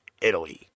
Italy